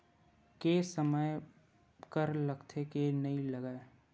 के समय कर लगथे के नइ लगय?